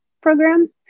Program